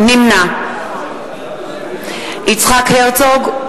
נמנע יצחק הרצוג,